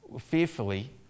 fearfully